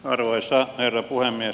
arvoisa herra puhemies